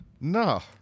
No